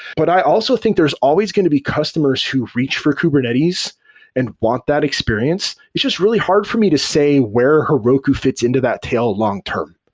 but i also think there's always going to be customers who reach for kubernetes and want that experience. it's just really hard for me to say where heroku fits into that tail long-term.